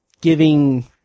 giving